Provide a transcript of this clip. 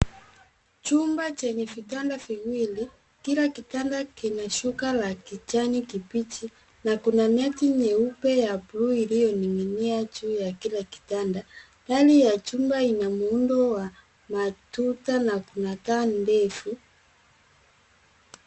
Chumba chenye vitanda viwili. Kila kitanda kina shuka la kijani kibichi na kuna neti nyeupe ya bluu, iliyoning'inia juu ya kila kitanda. Dari ya chumba ina muundo wa matuta na kuna taa ndefu.